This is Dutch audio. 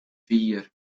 vier